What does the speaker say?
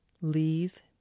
Leave